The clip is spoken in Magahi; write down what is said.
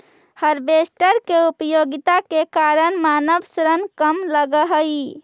हार्वेस्टर के उपयोगिता के कारण मानव श्रम कम लगऽ हई